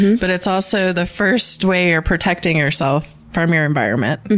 but it's also the first way you're protecting yourself from your environment.